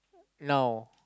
now